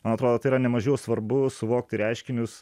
man atrodo tai yra nemažiau svarbu suvokti reiškinius